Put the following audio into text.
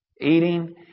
eating